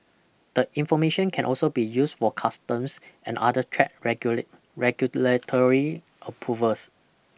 the information can also be used for customs and other trade regulate regulatory approvals